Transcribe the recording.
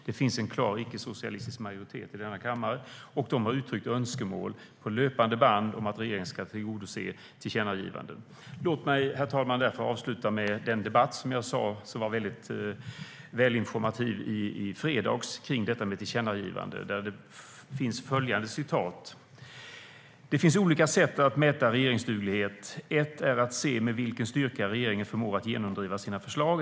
Det finns en klar icke-socialistisk majoritet i denna kammare som på löpande band har uttryckt önskemål om att regeringen ska tillgodose tillkännagivanden."Det finns olika sätt att mäta regeringsduglighet. Ett är att se med vilken styrka regeringen förmår att genomdriva sina förslag.